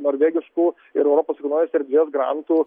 norvegiškų ir europos vienos erdvės grantų